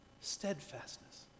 steadfastness